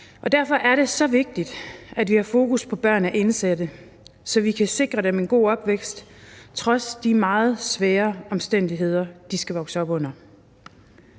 Derfor er det så vigtigt, at vi har fokus på børn af indsatte, så vi kan sikre dem en god opvækst trods de meget svære omstændigheder, de skal vokse op under.